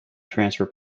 transfer